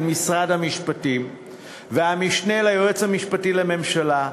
משרד המשפטים והמשנה ליועץ המשפטי לממשלה,